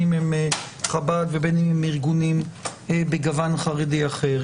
בין אם הם חב"ד ובין אם הם ארגונים בגוון חרדי אחר.